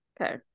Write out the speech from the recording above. Okay